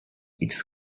its